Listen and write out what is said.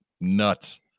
nuts